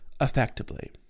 effectively